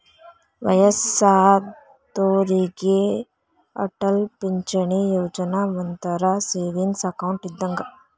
ವಯ್ಯಸ್ಸಾದೋರಿಗೆ ಅಟಲ್ ಪಿಂಚಣಿ ಯೋಜನಾ ಒಂಥರಾ ಸೇವಿಂಗ್ಸ್ ಅಕೌಂಟ್ ಇದ್ದಂಗ